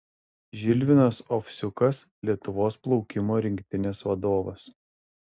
žilvinas ovsiukas lietuvos plaukimo rinktinės vadovas